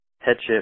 headship